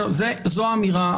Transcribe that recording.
זו אמירה.